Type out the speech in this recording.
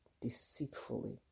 deceitfully